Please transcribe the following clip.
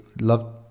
love